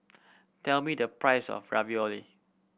tell me the price of Ravioli